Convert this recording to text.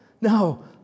No